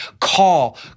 call